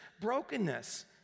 brokenness